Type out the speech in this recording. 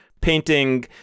painting